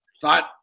thought